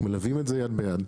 מלווים את זה יד ביד.